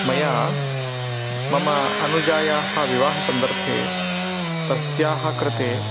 मया मम अनुजायाः विवाहसन्दर्भे तस्याः कृते